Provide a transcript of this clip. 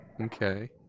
Okay